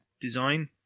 design